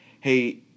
hey